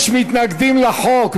יש מתנגדים לחוק.